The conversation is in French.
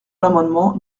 l’amendement